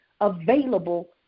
available